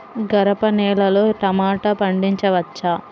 గరపనేలలో టమాటా పండించవచ్చా?